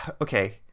okay